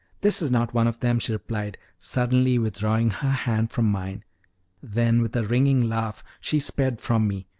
this is not one of them, she replied, suddenly withdrawing her hand from mine then with a ringing laugh, she sped from me,